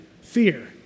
fear